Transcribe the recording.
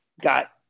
got